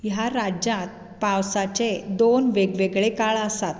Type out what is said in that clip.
ह्या राज्यांत पावसाचे दोन वेगवेगळे काळ आसात